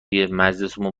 مجلسمون